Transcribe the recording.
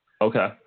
Okay